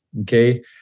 okay